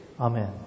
Amen